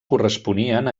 corresponien